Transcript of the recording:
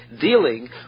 dealing